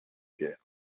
guerre